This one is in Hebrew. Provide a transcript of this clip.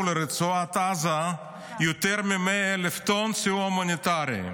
לרצועת עזה יותר מ-100,000 טונה של סיוע הומניטרי.